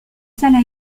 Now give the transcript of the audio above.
salles